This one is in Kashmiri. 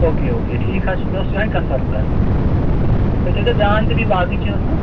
او کے او کے ٹھیٖک حظ چھُ مےٚ اوس یہے کَنفٔرٕم کَرُن تُہی تھٲزِیٚو دھیان تہِ بیٚیہِ باقٕے چیٖزَس